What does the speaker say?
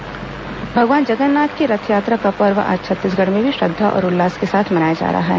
रथयात्रा भगवान जगन्नाथ की रथयात्रा का पर्व आज छत्तीसगढ़ में भी श्रद्धा और उल्लास के साथ मनाया जा रहा है